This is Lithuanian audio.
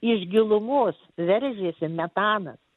iš gilumos veržiasi metanas